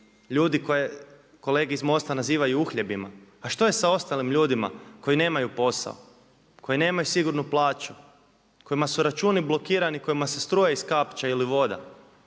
ljudi koje kolege iz MOST-a nazivaju uhljebima? A što je sa ostalim ljudima koji nemaju posao, koji nemaju sigurnu plaću, kojima su računi blokirani, kojima se struja iskapča ili voda?